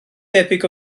debyg